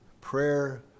prayer